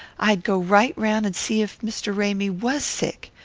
i'd go right round and see if mr. ramy was sick.